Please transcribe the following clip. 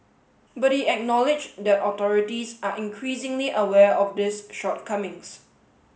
but he acknowledged that authorities are increasingly aware of these shortcomings